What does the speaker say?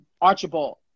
Archibald